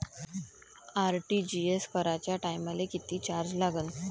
RTGS कराच्या टायमाले किती चार्ज लागन?